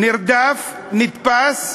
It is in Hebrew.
נרדף, נתפס,